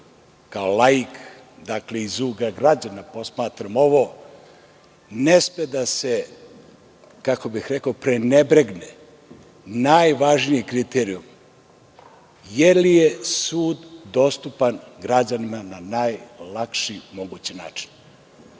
kao laik, dakle iz ugla građana posmatram ovo, ne sme da se, kako bih rekao prenebretne najvažniji kriterijum - da li je sud dostupan građanima na najlakši mogući način.?Ovo